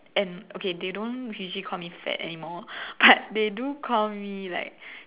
and okay they don't usually call me fat anymore but they do call me like